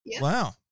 Wow